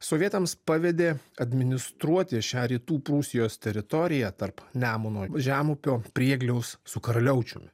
sovietams pavedė administruoti šią rytų prūsijos teritoriją tarp nemuno žemupio priegliaus su karaliaučiumi